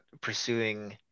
pursuing